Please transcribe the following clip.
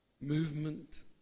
movement